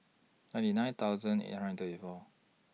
ninety nine thousand eight hundred and thirty four